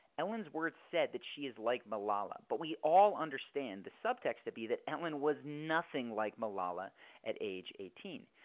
ellen's word said that she is like malala but we all understand the subtext to be that ellen was nothing like malala at age eighteen.